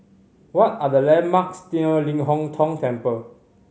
what are the landmarks near Ling Hong Tong Temple